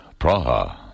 Praha